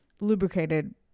Lubricated